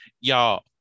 y'all